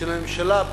של הממשלה,